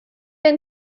been